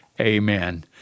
Amen